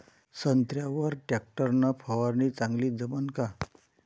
संत्र्यावर वर टॅक्टर न फवारनी चांगली जमन का?